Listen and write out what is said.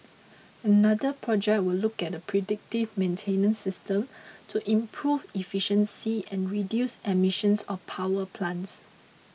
another project will look at a predictive maintenance system to improve efficiency and reduce emissions of power plants